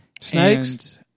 snakes